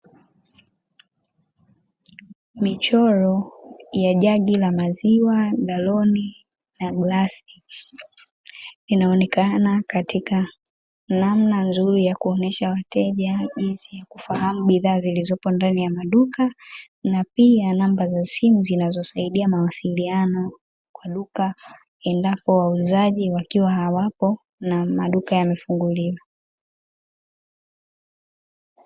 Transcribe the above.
Michoro ya jagi la maziwa na loni na glasi inaonekana katika namna nzuri ya kuonesha wateja jinsi ya kufahamu bidhaa zilizopo ndani ya maduka na pia namba za simu zinazosaidia mawasiliano kwa duka endapo wauzaji wakiwa hawapo na maduka yamefunguliwa